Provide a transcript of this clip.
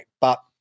but-